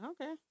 Okay